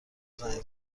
زنگ